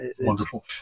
wonderful